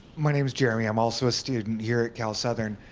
my name is jeremy, i'm also a student here at cal southern,